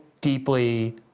deeply